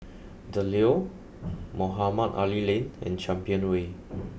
the Leo Mohamed Ali Lane and Champion Way